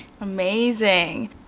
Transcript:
Amazing